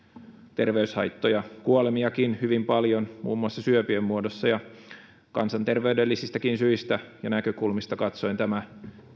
terveyshaittoja ja kuolemiakin hyvin paljon muun muassa syöpien muodossa kansanterveydellisistäkin syistä ja näkökulmista katsoen tämä